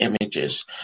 images